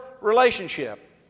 relationship